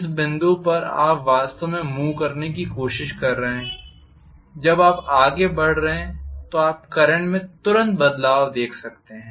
इस बिंदु पर आप वास्तव में मूव करने की कोशिश कर रहे हैं जब आप आगे बढ़ रहे हैं तो आप करंट में तुरंत बदलाव देख सकते हैं